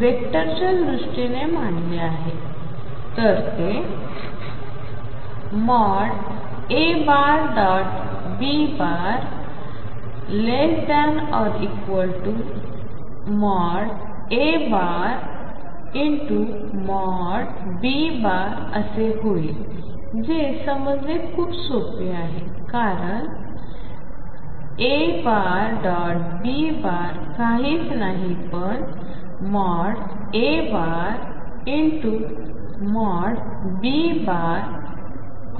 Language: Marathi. वेक्टरच्या दृष्टीने मांडले तर ते ।A B ।≤।A ।।B। असे होईल जे समजणे खूप सोपे आहे कारण A B काहीच नाही पण ।A ।Bcos θ